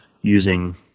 using